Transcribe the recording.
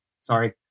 sorry